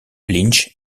lynch